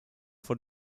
vor